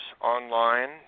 online